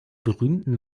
berühmten